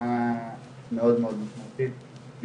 בצורה מאוד מאוד משמעותית מבחינתנו.